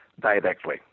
directly